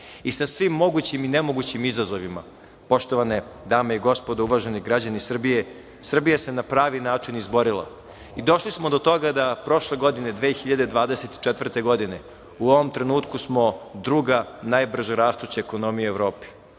i sa svim mogućim i nemogućim izazovima poštovane dame i gospodo uvaženi građani Srbije, Srbija se na pravi način izborila. Došli smo do toga da prošle godine, 2024. godine, u ovom trenutku smo druga najbrža rastuća ekonomija u Evropi,